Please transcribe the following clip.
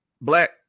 Black